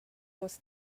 was